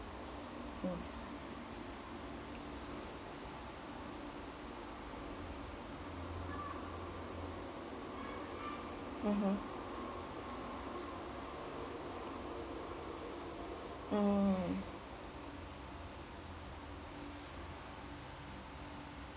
mm mmhmm mm